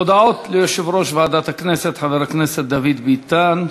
הודעות ליושב-ראש ועדת הכנסת חבר הכנסת דוד ביטן.